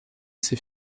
ses